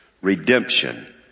Redemption